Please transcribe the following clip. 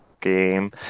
game